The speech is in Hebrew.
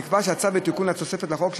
נקבע שהצו לתיקון התוספת לחוק,